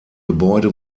gebäude